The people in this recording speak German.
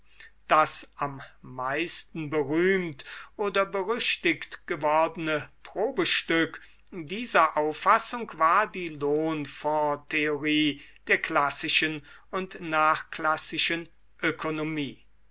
das am meisten berühmt oder berüchtigt gewordene probestück dieser auffassung war die lohnfondstheorie der klassischen und nachklassischen ökonomie